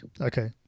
Okay